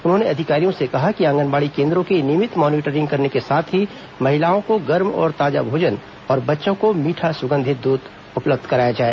उन्होंने अधिकारियों से कहा कि आंगनबाड़ी केंद्रों की नियमित मॉनिटरिंग करने के साथ ही महिलाओं को गर्म और ताजा भोजन और बच्चों को मीठा सुगंधित दूध उपलब्ध कराया जाए